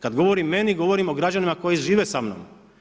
Kad govorim meni govorim o građanima koji žive sa mnom.